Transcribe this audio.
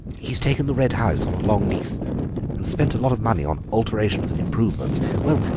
he's taken the red house on a long lease and spent a lot of money on alterations and improvements. well,